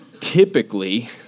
typically